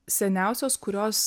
seniausios kurios